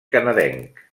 canadenc